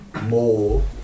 more